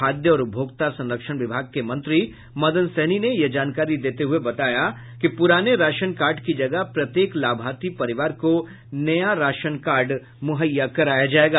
खाद्य और उपभोक्ता संरक्षण विभाग के मंत्री मदन सहनी ने यह जानकारी देते हये बताया कि पूराने राशन कार्ड की जगह प्रत्येक लाभार्थी परिवार को नया राशन कार्ड मुहैया कराया जायेगा